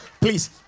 please